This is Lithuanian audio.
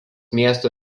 miesto